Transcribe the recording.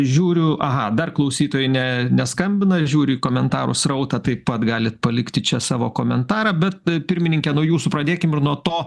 žiūriu aha dar klausytojai ne neskambina žiūriu į komentarų srautą taip pat galit palikti čia savo komentarą bet pirmininke nuo jūsų pradėkim ir nuo to